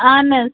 اہن حظ